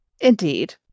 Indeed